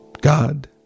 God